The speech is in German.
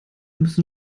müssen